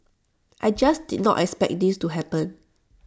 I just did not expect this to happen